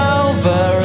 over